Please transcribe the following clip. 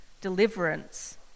deliverance